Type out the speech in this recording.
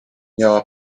miała